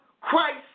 Christ